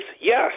Yes